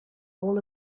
all